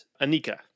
Anika